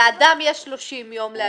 לאדם יש 30 יום להגיש.